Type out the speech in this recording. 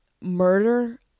murder